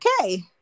okay